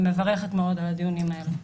ואני מברכת מאוד על הדיונים האלה.